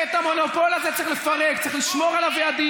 אי-אפשר לייצר רפורמה בנמלים,